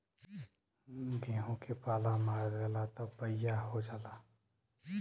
गेंहू के पाला मार देला त पइया हो जाला